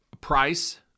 price